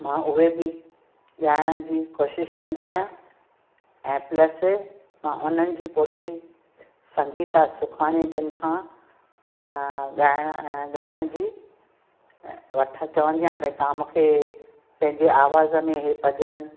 मां उहे बि ॻाइण जी कोशिशि कंदी आहियां ऐं प्लस मां उन्हनि जी पोटी संगीता सुखाणीअ जन खां ॻाइण ॻाइण जी वठ चवंदी आहियां भई तव्हां मूंखे पंहिंजी आवाज़ में ही भॼन